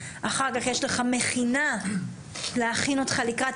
אחר כך יש לך מכינה להכין אותך לקראת